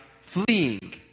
fleeing